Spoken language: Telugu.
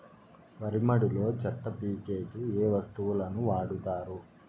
వరి మడిలో చెత్త పీకేకి ఏ వస్తువులు వాడుతారు?